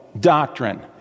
doctrine